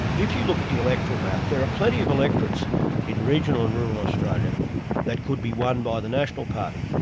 if you look at the electoral map, there are plenty of electorates in regional and rural australia that could be won by the national party.